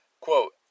Quote